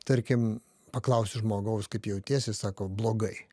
tarkim paklausi žmogaus kaip jauties jis sako blogai